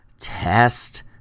test